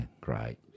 great